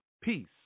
peace